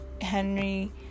Henry